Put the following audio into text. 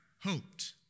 hoped